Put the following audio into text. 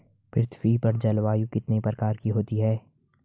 पृथ्वी पर जलवायु कितने प्रकार की होती है?